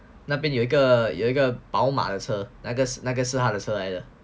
那边有一个有一个宝马的车那个那个是他的车来的